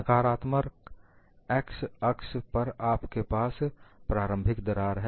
नकारात्मक x अक्ष पर आपके पास प्रारंभिक दरार है